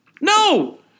no